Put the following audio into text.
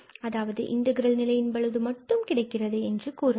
அதாவது இன்டகிரல் நிலையின் பொழுது மட்டும் கிடைக்கிறது என்று கூறலாம்